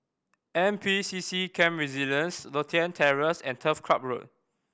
N P C C Camp Resilience Lothian Terrace and Turf Club Road